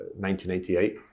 1988